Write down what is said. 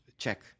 check